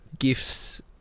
gifts